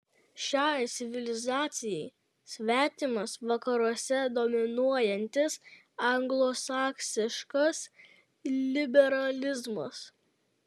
šiai civilizacijai svetimas vakaruose dominuojantis anglosaksiškas liberalizmas